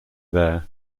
there